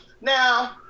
Now